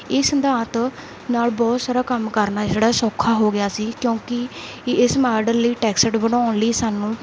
ਇਹ ਸਿਧਾਂਤ ਨਾਲ ਬਹੁਤ ਸਾਰਾ ਕੰਮ ਕਰਨਾ ਜਿਹੜਾ ਸੌਖਾ ਹੋ ਗਿਆ ਸੀ ਕਿਉਂਕਿ ਇਸ ਮਾਡਲ ਲਈ ਟੈਕਸਟ ਬਣਾਉਣ ਲਈ ਸਾਨੂੰ ਨੂੰ